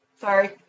Sorry